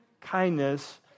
kindness